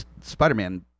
Spider-Man